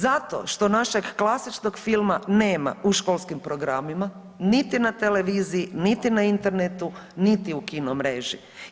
Zato što našeg klasičnog filma nema u školskim programima, niti na televiziji, niti na internetu, niti u kino mreži.